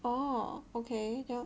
oh okay